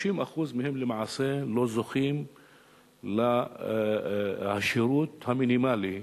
30% מהם למעשה לא זוכים לשירות המינימלי הזה.